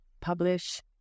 publish